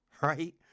right